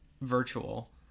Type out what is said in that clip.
virtual